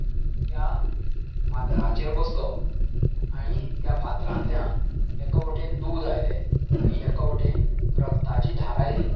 त्या फातराचेर बसलो आनी त्या फातरांतल्यान एका वटेन दूद आयले आनी एका वटेन रगताची धार आयली